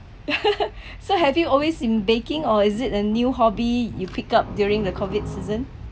so have you always in baking or is it a new hobby you picked up during the COVID season